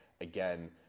again